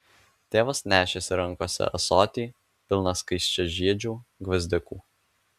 tėvas nešėsi rankose ąsotį pilną skaisčiažiedžių gvazdikų